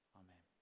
amen